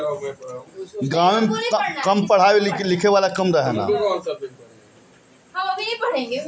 समाज सेवा करे वाला संस्था गरीब बच्चन के पढ़ाई लिखाई के काम करत बाने